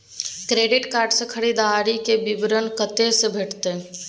Credit card से खरीददारी के विवरण कत्ते से भेटतै?